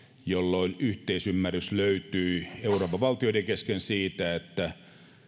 jolloin yhteisymmärrys löytyi euroopan valtioiden kesken siitä että